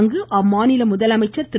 அங்கு அம்மாநில கேரள முதலமைச்சர் திரு